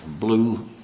blue